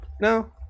No